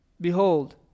Behold